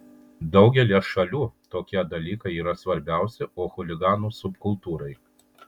daugelyje šalių tokie dalykai yra svarbiausi o chuliganų subkultūrai